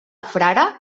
frare